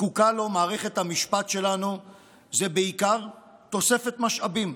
זקוקה לו מערכת המשפט שלנו זה בעיקר תוספת משאבים.